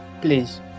please